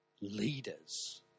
leaders